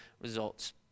results